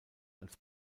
als